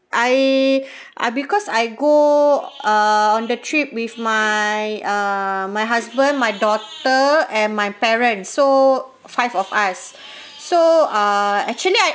I ah because I go uh on the trip with my uh my husband my daughter and my parents so five of us so ah actually I